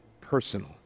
personal